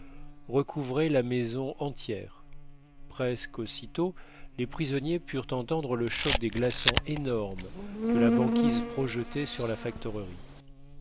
recouvrait la maison entière presque aussitôt les prisonniers purent entendre le choc des glaçons énormes que la banquise projetait sur la factorerie